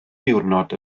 diwrnod